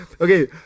Okay